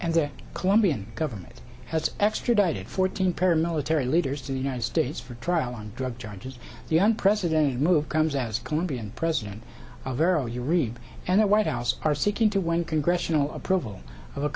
and their colombian government has extradited fourteen paramilitary leaders to the united states for trial on drug charges the young president move comes as colombian president of arrow you read and the white house are seeking to one congressional approval of a